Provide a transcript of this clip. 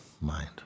mind